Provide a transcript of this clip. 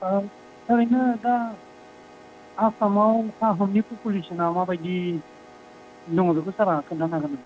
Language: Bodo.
ओ ओरैनो दा आसामआव आहमनि पपुलेसनआ माबायदि दङ बेखौ सारआ खोन्थानो हागोन नामा